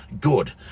good